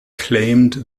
claimed